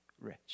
rich